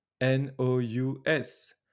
n-o-u-s